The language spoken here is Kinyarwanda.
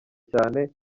cyane